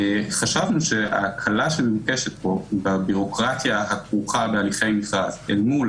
חשבנו שההקלה שמבוקשת פה בבירוקרטיה הכרוכה בהליכי מכרז אל מול